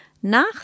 Nach